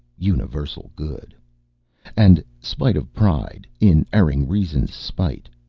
universal good and, spite of pride, in erring reasons spite,